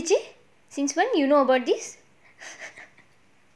since when you know about this